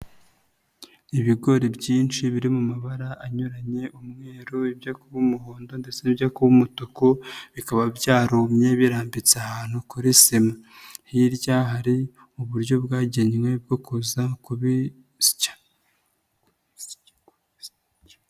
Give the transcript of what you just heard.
Ibigori byinshi biri mu mabara anyuranye, umweru, ibijya kuba umuhondo ndetse n'ibijya kuba mutuku, bikaba byarumye birambitse ahantu kuri sima. Hirya hari uburyo bwagenwe bwo kuza kubisya.